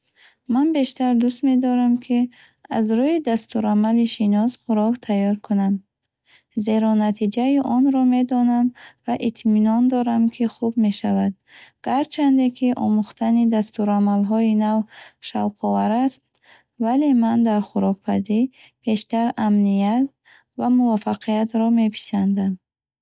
Ман бештар дӯст медорам, ки аз рӯйи дастурамали шинос хӯрок тайёр кунам, зеро натиҷаи онро медонам ва итминон дорам, ки хуб мешавад. Гарчанде, ки омӯхтани дастурамалҳои нав шавқовар аст, вале ман дар хӯрокпазӣ бештар амният ва муваффақиятро меписандам.